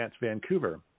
Vancouver